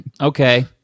Okay